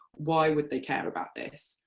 why would they care about this?